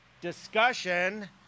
discussion